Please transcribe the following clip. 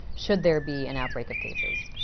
should there be an outbreak of cases?